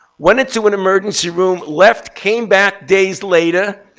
went into an emergency room, left, came back days later,